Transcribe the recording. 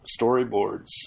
storyboards